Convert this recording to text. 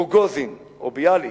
"רוגוזין", "ביאליק"